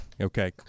Okay